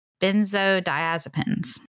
benzodiazepines